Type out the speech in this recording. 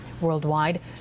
Worldwide